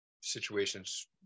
situations